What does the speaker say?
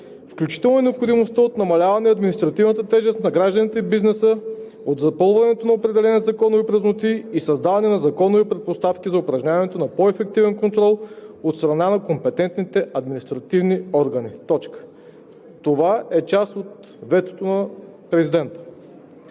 включително необходимостта от намаляване на административната тежест за гражданите и бизнеса, от запълване на определени законови празноти и създаване на законови предпоставки за упражняване на по-ефективен контрол от страна на компетентните административни органи.“ Това е част от ветото на президента.